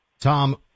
Tom